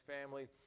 family